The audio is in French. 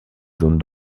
zone